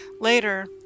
later